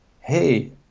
Hey